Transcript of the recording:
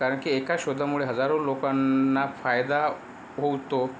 कारण की एका शोधामुळे हजारो लोकांना फायदा होतो